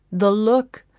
the look!